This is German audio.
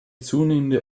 zunehmende